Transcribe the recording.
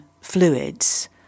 fluids